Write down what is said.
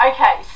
Okay